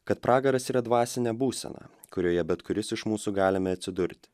kad pragaras yra dvasinė būsena kurioje bet kuris iš mūsų galime atsidurti